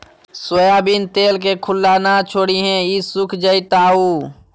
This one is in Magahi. सोयाबीन तेल के खुल्ला न छोरीहें ई सुख जयताऊ